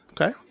okay